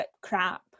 crap